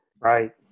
Right